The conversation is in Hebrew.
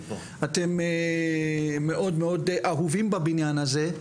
אתם מאוד אהובים בבניין הזה.